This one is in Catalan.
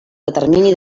determini